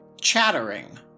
Chattering